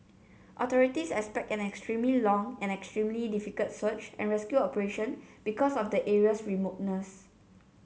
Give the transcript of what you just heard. authorities expect an extremely long and extremely difficult search and rescue operation because of the area's remoteness